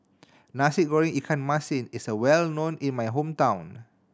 Nasi Goreng ikan masin is well known in my hometown